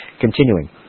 Continuing